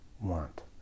want